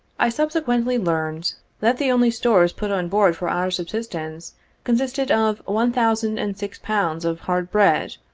i subsequently learned that the only stores put on board for our subsistence consisted of one thousand and six pounds of hard bread,